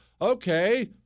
Okay